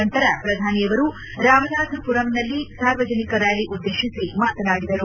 ನಂತರ ಪ್ರಧಾನಿ ಅವರು ರಾಮನಾಥ ಪುರಂನಲ್ಲಿ ಸಾರ್ವಜನಿಕ ರ್ಸಾಲಿ ಉದ್ದೇಶಿಸಿ ಮಾತನಾಡಿದರು